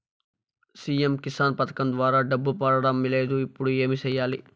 CM Kisan పథకం ద్వారా డబ్బు పడడం లేదు ఇప్పుడు ఏమి సేయాలి